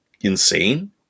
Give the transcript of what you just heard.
insane